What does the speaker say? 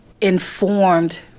informed